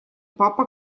папа